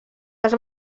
les